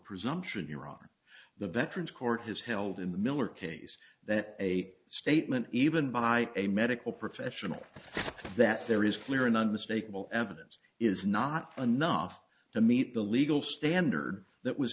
presumption you're on the veterans court has held in the miller case that a statement even by a medical professional that there is clear and unmistakable evidence is not enough to meet the legal standard that was